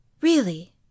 really